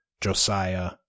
Josiah